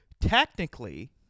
technically